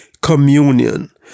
Communion